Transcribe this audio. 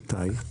מתי?